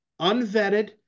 unvetted